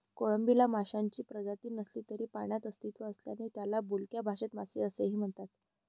कोळंबीला माशांची प्रजाती नसली तरी पाण्यात अस्तित्व असल्याने त्याला बोलक्या भाषेत मासे असे म्हणतात